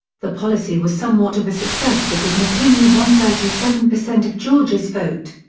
the policy was somewhat of a success because mckinley won thirty seven percent of georgia's vote.